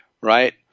right